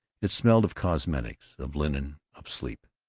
it smelled of cosmetics, of linen, of sleep.